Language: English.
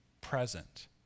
present